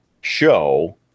show